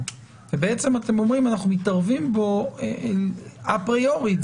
ובעצם אתם אומרים שאנחנו מתערבים בו אפריורית.